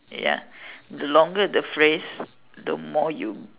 ya the longer the phrase the more you